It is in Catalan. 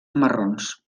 marrons